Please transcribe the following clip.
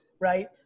right